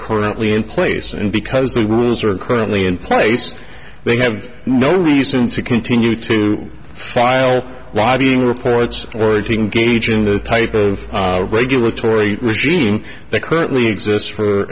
currently in place and because the rules are currently in place they have no reason to continue to file lobbying reports urging gauging the type of regulatory regime that currently exist for